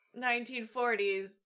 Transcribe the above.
1940s